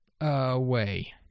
away